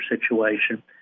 situation